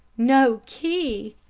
no key!